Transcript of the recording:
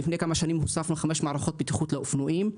לפני כמה שנים הוספנו חמש מערכות בטיחות לאופנועים.